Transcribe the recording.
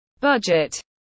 Budget